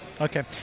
Okay